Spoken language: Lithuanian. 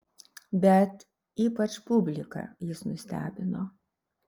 bet ypač publiką jis nustebino